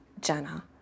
Jenna